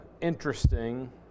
interesting